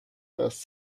first